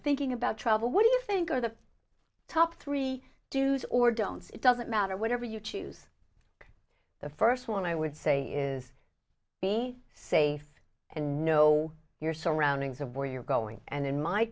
thinking about travel what do you think are the top three do's or don'ts it doesn't matter whatever you choose the first one i would say is be safe and know your surroundings of where you're going and in my